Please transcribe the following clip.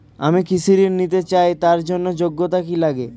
আমি কৃষি ঋণ নিতে চাই তার জন্য যোগ্যতা কি লাগে?